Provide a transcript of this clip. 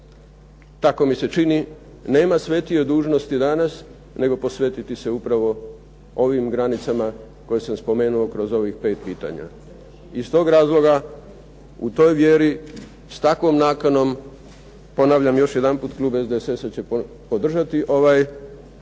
tako mi se čini, nema svetije dužnosti danas, nego posvetiti se upravo ovim granicama koje sam spomenuo kroz ovih pet pitanja. Iz tog razloga, u toj vjeri, s takvom nakanom, ponavljam još jedanput klub SDSS-a će podržati ovaj